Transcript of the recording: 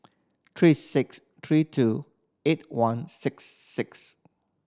three six three two eight one six six